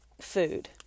food